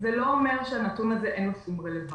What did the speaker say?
זה לא אומר שלנתון הזה אין לו שום רלוונטיות.